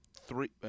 three